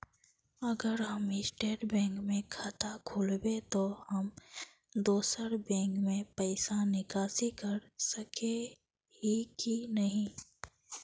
अगर हम state bank में खाता खोलबे तो हम दोसर बैंक से पैसा निकासी कर सके ही की नहीं?